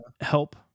help